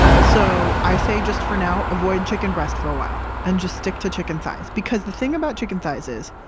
so i say just for now, avoid chicken breast for a while and just stick to chicken thighs. because the thing about chicken thighs is,